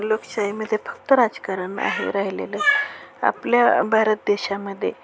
लोकशाहीमध्ये फक्त राजकारण आहे राहिलेलं आपल्या भारत देशामध्ये